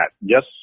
Yes